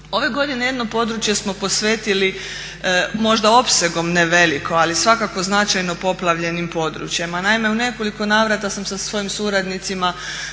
Ove godine jedno područje smo posvetili možda opsegom ne veliki, ali svakako značajno poplavljenim područjima. Naime, u nekoliko navrata sam sa svojim suradnicima